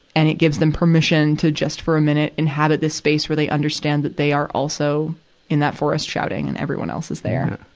and it gives them permission to just, for a minute, inhabit this space where they understand that they are also in that forest shouting and everyone else is there.